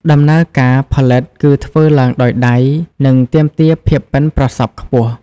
ដំណើរការផលិតគឺធ្វើឡើងដោយដៃ និងទាមទារភាពប៉ិនប្រសប់ខ្ពស់។